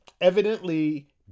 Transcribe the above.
evidently